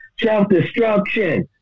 Self-destruction